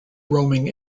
roaming